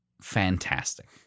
fantastic